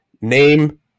name